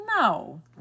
No